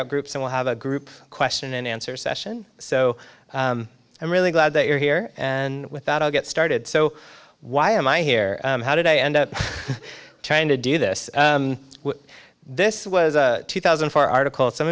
out groups and we'll have a group question and answer session so i'm really glad that you're here and with that i'll get started so why am i here how did i end up trying to do this this was a two thousand and four article some